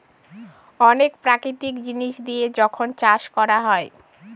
অনেক প্রাকৃতিক জিনিস দিয়ে যখন চাষ করা হয়